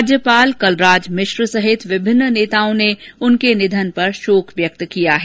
राज्यपाल कलराज मिश्र सहित विभिन्न नेताओं ने उनके निधन पर शोक व्यक्त किया है